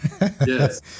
Yes